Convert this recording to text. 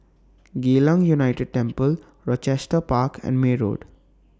Geylang United Temple Rochester Park and May Road